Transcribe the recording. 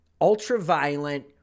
ultra-violent